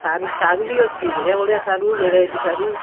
ସାରୁ ସାରୁ ବି ଅଛି ବଢ଼ିଆ ବଢ଼ିଆ ସାରୁ ଭେରାଇଟି ସାରୁ